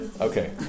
Okay